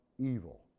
evil